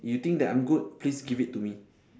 you think that I'm good please give it to me